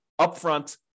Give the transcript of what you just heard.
upfront